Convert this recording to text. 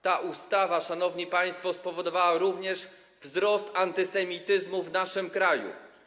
Ta ustawa, szanowni państwo, spowodowała również wzrost antysemityzmu w naszym kraju.